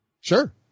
Sure